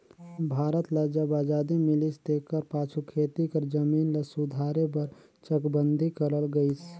भारत ल जब अजादी मिलिस तेकर पाछू खेती कर जमीन ल सुधारे बर चकबंदी करल गइस